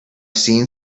seen